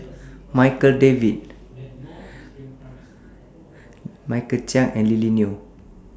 Darryl David Michael Chiang and Lily Neo